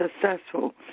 successful